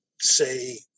say